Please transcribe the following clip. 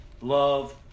love